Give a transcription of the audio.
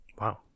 Wow